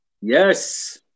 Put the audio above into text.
Yes